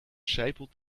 sijpelt